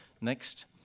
next